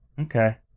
Okay